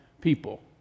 people